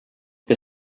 que